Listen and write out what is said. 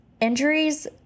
Injuries